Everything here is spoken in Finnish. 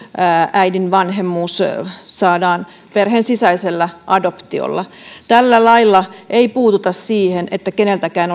äidin vanhemmuus saadaan perheen sisäisellä adoptiolla tällä lailla ei puututa siihen siten että keneltäkään